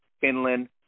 Finland